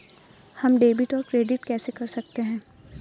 हम डेबिटऔर क्रेडिट कैसे कर सकते हैं?